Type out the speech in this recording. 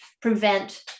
prevent